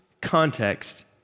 context